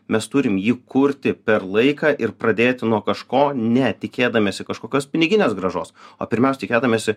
mes turim jį kurti per laiką ir pradėti nuo kažko ne tikėdamiesi kažkokios piniginės grąžos o pirmiaus tikėdamiesi